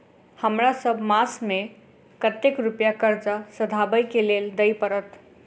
हमरा सब मास मे कतेक रुपया कर्जा सधाबई केँ लेल दइ पड़त?